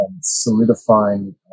solidifying